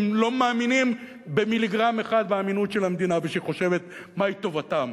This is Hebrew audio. מאמינים במיליגרם אחד באמינות של המדינה ושהיא חושבת מהי טובתם.